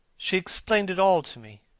she explained it all to me.